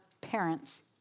parents